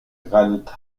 granite